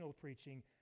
preaching